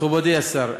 מכובדי השר,